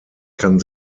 kann